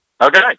Okay